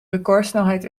recordsnelheid